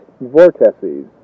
vortices